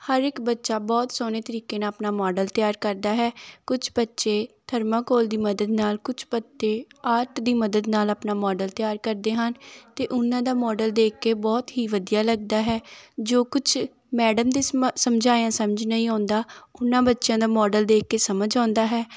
ਹਰ ਇੱਕ ਬੱਚਾ ਬਹੁਤ ਸੋਹਣੇ ਤਰੀਕੇ ਨਾਲ ਆਪਣਾ ਮੋਡਲ ਤਿਆਰ ਕਰਦਾ ਹੈ ਕੁਛ ਬੱਚੇ ਥਰਮਾਕੋਲ ਦੀ ਮਦਦ ਨਾਲ ਅਤੇ ਕੁਛ ਬੱਚੇ ਆਰਟ ਦੀ ਮਦਦ ਨਾਲ ਆਪਣਾ ਮੋਡਲ ਤਿਆਰ ਕਰਦੇ ਹਨ ਅਤੇ ਉਹਨਾਂ ਦਾ ਮੋਡਲ ਦੇਖ ਕੇ ਬਹੁਤ ਹੀ ਵਧੀਆ ਲੱਗਦਾ ਹੈ ਜੋ ਕੁਛ ਮੈਡਮ ਦੇ ਸਮਾ ਸਮਝਾਇਆ ਸਮਝ ਨਹੀਂ ਆਉਂਦਾ ਉਹਨਾਂ ਬੱਚਿਆਂ ਦਾ ਮੋਡਲ ਦੇਖ ਕੇ ਸਮਝ ਆਉਂਦਾ ਹੈ